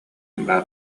баар